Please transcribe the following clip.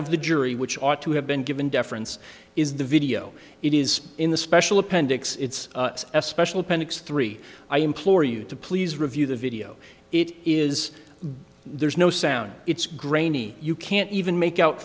of the jury which ought to have been given deference is the video it is in the special appendix it's a special panix three i implore you to please review the video it is there's no sound it's grainy you can't even